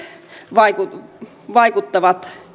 vaikuttavat vaikuttavat